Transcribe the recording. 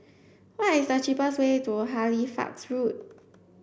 what is the cheapest way to Halifax Road